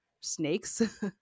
snakes